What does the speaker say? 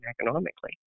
economically